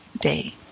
day